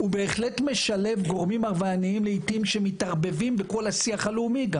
הוא נושא שמשלב גורמים עבריינים לעיתים שמתערבבים בכל השיח הלאומי.